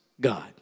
god